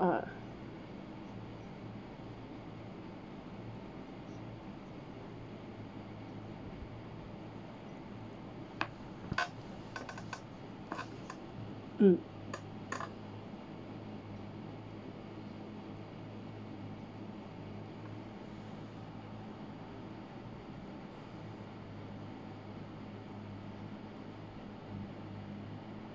ah mm